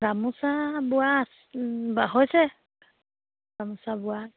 গামোচা বোৱা হৈছে গামোচা বোৱা